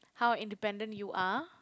how independent you are